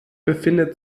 befindet